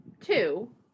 Two